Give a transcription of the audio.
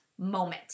Moment